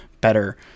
better